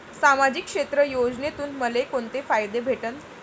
सामाजिक क्षेत्र योजनेतून मले कोंते फायदे भेटन?